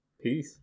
peace